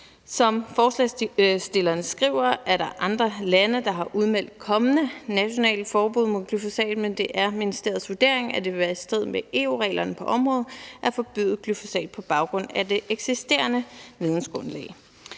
Som forslagsstillerne skriver, er der andre lande, der har udmeldt kommende nationale forbud mod glyfosat, men det er ministeriets vurdering, at det vil være i strid med EU-reglerne på området at forbyde glyfosat på baggrund af det eksisterende vidensgrundlag.